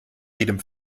jedem